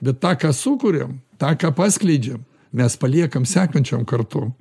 bet tą ką sukuriam tą ką paskleidžiam mes paliekam sekančiom kartom